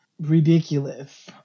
ridiculous